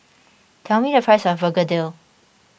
tell me the price of Begedil